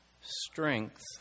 strength